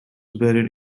buried